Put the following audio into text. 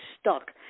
stuck